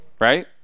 Right